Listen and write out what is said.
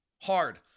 hard